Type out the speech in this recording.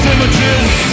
images